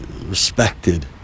respected